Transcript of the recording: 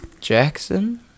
Jackson